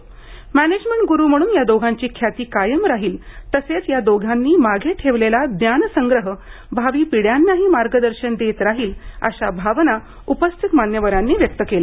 management गुरू म्हणून या दोघांची ख्याती कायम राहील तसेच या दोघांनी मागे ठेवलेला ज्ञानसंग्रह भावी पिढयांनाही मार्गदर्शन देत राहील अशा भावना उपस्थित मान्यवरांनी व्यक्त केल्या